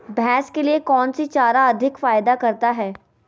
भैंस के लिए कौन सी चारा अधिक फायदा करता है?